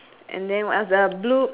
stretched out for the one playing basketball